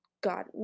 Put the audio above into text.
God